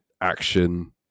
action